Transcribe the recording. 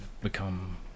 become